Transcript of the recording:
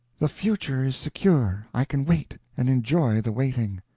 the future is secure i can wait, and enjoy the waiting.